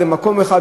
במקום אחד,